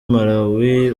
malawi